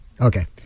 okay